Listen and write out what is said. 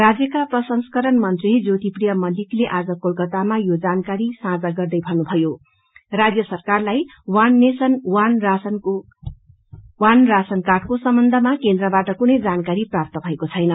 राज्यका प्रसंस्करण मंत्री ज्योतिप्रिय मल्लिकले आज कोलकातामा यो जानकारी साझा गर्दै भन्नुभयो राज्य सरकारलाई one nation one ration card को सम्बन्धमा केन्द्रबाट कुनै जानकारी प्राप्त भएको छैन